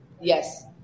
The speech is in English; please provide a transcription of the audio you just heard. Yes